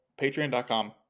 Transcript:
patreon.com